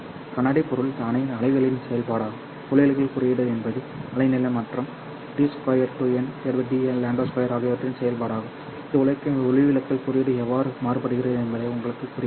கண்ணாடி பொருள் தானே அலைகளின் செயல்பாடாகும் ஒளிவிலகல் குறியீடு என்பது அலை நீளம் மற்றும் d 2n dλ 2 ஆகியவற்றின் செயல்பாடாகும் இது ஒளிவிலகல் குறியீடு எவ்வாறு மாறுபடுகிறது என்பதை உங்களுக்குக் கூறுகிறது